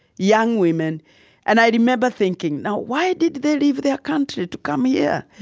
young women and i remember thinking, now, why did they leave their country to come here?